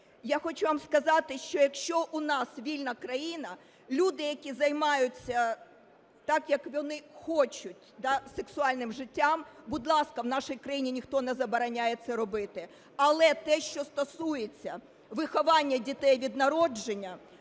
Я хочу вам сказати, що якщо у нас вільна країна, люди, які займаються так, як вони хочуть, сексуальним життям, – будь ласка, в нашій країні ніхто не забороняє це робити. Але те, що стосується виховання дітей від народження,